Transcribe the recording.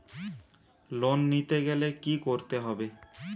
Loan নিতে গেলে কি করতে হবে?